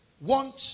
want